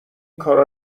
کارا